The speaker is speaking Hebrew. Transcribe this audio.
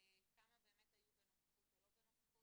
כמה באמת היו בנוכחות או לא בנוכחות.